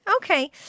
Okay